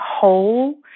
whole